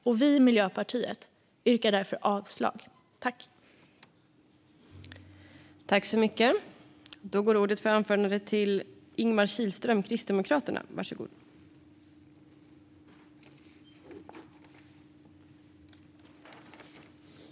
Vi i Miljöpartiet yrkar därför avslag på förslaget.